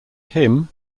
him